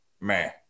man